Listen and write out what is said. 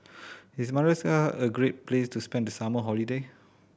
is Madagascar a great place to spend the summer holiday